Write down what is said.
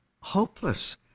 hopeless